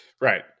Right